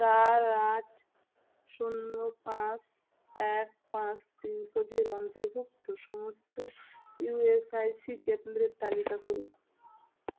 চার আট শূন্য পাঁস এক পাঁস পিনকোডের অন্তর্ভুক্ত সমস্ত ই এস আই সি কেন্দ্রের তালিকা করুন